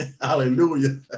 hallelujah